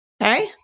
Okay